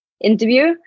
interview